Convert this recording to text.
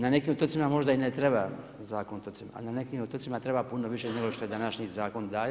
Na nekim otocima možda i ne treba Zakon o otocima, ali na nekim otocima treba puno više nego što današnji zakon daje.